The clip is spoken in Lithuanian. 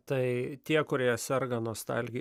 tai tie kurie serga nostalgija